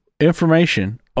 information